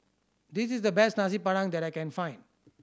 this is the best Nasi Padang that I can find